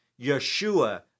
Yeshua